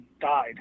died